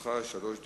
לרשותך שלוש דקות.